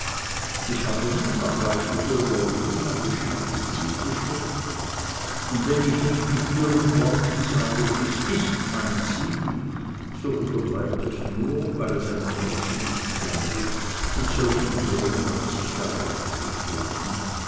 ich habe mir nach reiflicher überlegung ein bestimmtes ziel gesteckt und wenn ich nicht mit dürren worten sage dies ist mein ziel so unterbleibt das nur weil es einem mädchen nicht kleidet mit solchen plänen aus sich herauszutreten